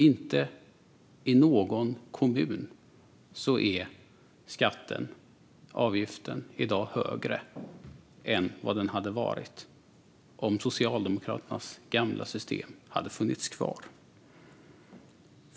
Inte i någon kommun är avgiften i dag högre än den hade varit om Socialdemokraternas gamla system hade funnits kvar.